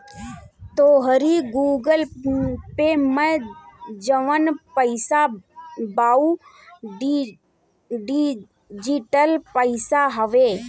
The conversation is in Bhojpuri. तोहरी गूगल पे में जवन पईसा बा उ डिजिटल पईसा हवे